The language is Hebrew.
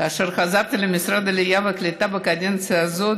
כאשר חזרתי למשרד העלייה והקליטה בקדנציה הזאת